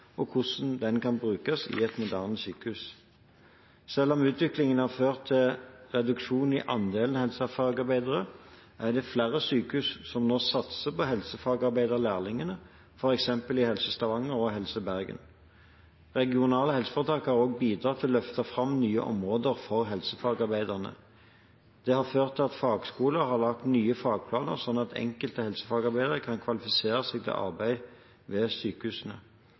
og hvordan den kan brukes i et moderne sykehus. Selv om utviklingen har ført til reduksjon i andelen helsefagarbeidere, er det flere sykehus som nå satser på helsefagarbeiderlærlinger, f.eks. i Helse Stavanger og i Helse Bergen. Regionale helseforetak har også bidratt til å løfte fram nye områder for helsefagarbeidere. Det har ført til at fagskoler har laget nye fagplaner, slik at enkelte helsefagarbeidere kan kvalifisere seg til arbeid ved sykehusene.